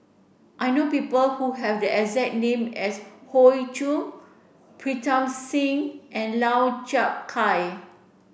I know people who have the exact name as Hoey Choo Pritam Singh and Lau Chiap Khai